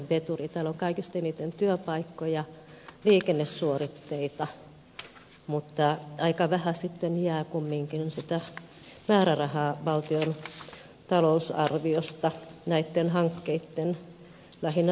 täällä on kaikista eniten työpaikkoja liikennesuoritteita mutta aika vähän sitten jää kumminkin sitä määrärahaa valtion talousarviossa näitten hankkeitten lähinnä liikennehankkeitten kehittämiseen